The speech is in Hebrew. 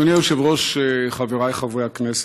אדוני היושב-ראש, חבריי חברי הכנסת,